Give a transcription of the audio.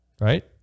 Right